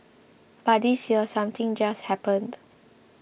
but this year something just happened